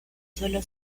solo